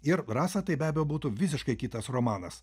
ir rasa tai be abejo būtų visiškai kitas romanas